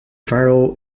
viral